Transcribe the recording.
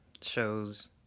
shows